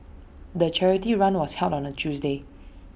the charity run was held on A Tuesday